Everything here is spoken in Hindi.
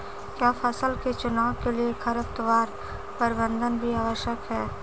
क्या फसल के चुनाव के लिए खरपतवार प्रबंधन भी आवश्यक है?